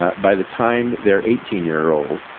ah by the time they're eighteen years old,